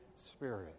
Spirit